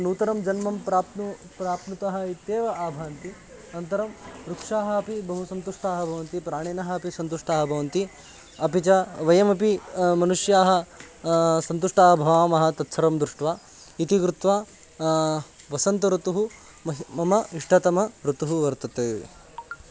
नूतनं जन्म प्राप्नु प्राप्नुतः इत्येव आभान्ति अनन्तरं वृक्षाः अपि बहु सन्तुष्टाः भवन्ति प्राणिनः अपि सन्तुष्टाः भवन्ति अपि च वयमपि मनुष्याः सन्तुष्टाः भवामः तत्सर्वं दृष्ट्वा इति कृत्वा वसन्त ऋतुः मह्यं मम इष्टतमः ऋतुः वर्तते